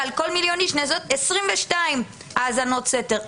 שעל כל מיליון איש נעשות 22 האזנות סתר.